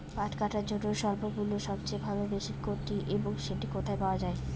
পাট কাটার জন্য স্বল্পমূল্যে সবচেয়ে ভালো মেশিন কোনটি এবং সেটি কোথায় পাওয়া য়ায়?